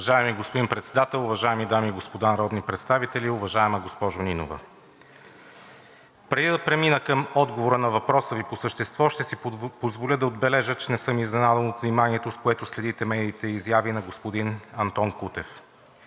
Уважаеми господин Председател, уважаеми дами и господа народни представители! Уважаема госпожо Нинова, преди да премина към отговора на въпроса Ви по същество, ще си позволя да отбележа, че не съм изненадан от вниманието, с което следите медийните изяви на господин Антон Кутев.